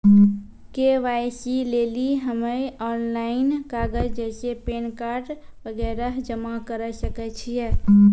KYC लेली हम्मय online कागज जैसे पैन कार्ड वगैरह जमा करें सके छियै?